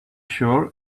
sure